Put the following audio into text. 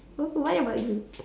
wh~ what about you